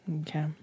Okay